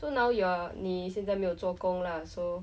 so now you're 你现在没有做工 lah so